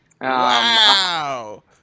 Wow